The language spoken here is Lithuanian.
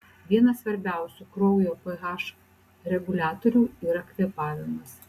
vienas svarbiausių kraujo ph reguliatorių yra kvėpavimas